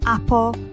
Apple